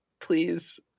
please